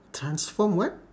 transform what